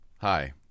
Hi